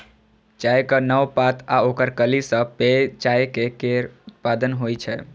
चायक नव पात आ ओकर कली सं पेय चाय केर उत्पादन होइ छै